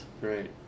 Right